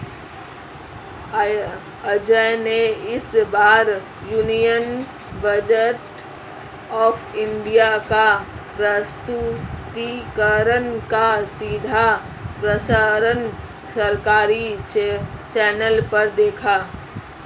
अजय ने इस बार यूनियन बजट ऑफ़ इंडिया का प्रस्तुतिकरण का सीधा प्रसारण सरकारी चैनल पर देखा